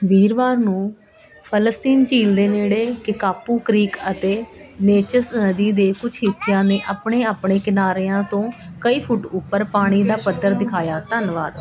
ਵੀਰਵਾਰ ਨੂੰ ਫਲਸਤੀਨ ਝੀਲ ਦੇ ਨੇੜੇ ਕਿਕਾਪੂ ਕ੍ਰੀਕ ਅਤੇ ਨੇਚਸ ਨਦੀ ਦੇ ਕੁਝ ਹਿੱਸਿਆਂ ਨੇ ਆਪਣੇ ਆਪਣੇ ਕਿਨਾਰਿਆਂ ਤੋਂ ਕਈ ਫੁੱਟ ਉੱਪਰ ਪਾਣੀ ਦਾ ਪੱਧਰ ਦਿਖਾਇਆ ਧੰਨਵਾਦ